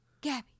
Gabby